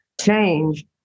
change